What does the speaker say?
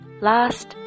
Last